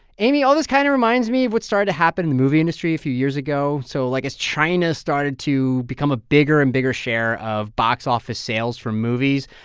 aimee, all this kind of reminds me of what started to happen in the movie industry a few years ago. so, like, as china started to become a bigger and bigger share of box office sales for movies,